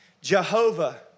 Jehovah